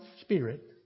spirit